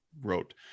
wrote